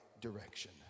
direction